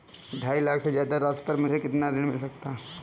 ढाई लाख से ज्यादा राशि पर मुझे कितना ऋण मिल सकता है?